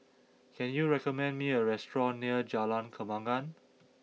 can you recommend me a restaurant near Jalan Kembangan